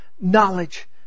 knowledge